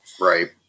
right